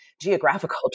geographical